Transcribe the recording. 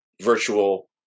virtual